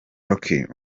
rock